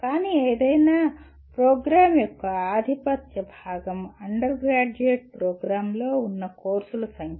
కానీ ఏదైనా ప్రోగ్రామ్ యొక్క ఆధిపత్య భాగం అండర్గ్రాడ్యుయేట్ ప్రోగ్రామ్ లో ఉన్న కోర్సుల సంఖ్య